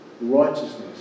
righteousness